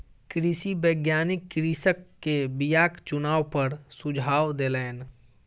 कृषि वैज्ञानिक कृषक के बीयाक चुनाव पर सुझाव देलैन